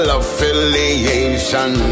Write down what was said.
affiliation